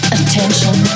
attention